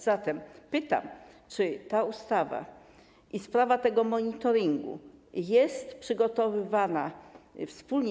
Zatem pytam: Czy ta ustawa i sprawa tego monitoringu jest przygotowywana wspólnie?